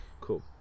Cool